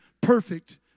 perfect